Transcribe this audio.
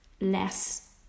less